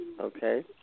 Okay